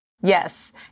Yes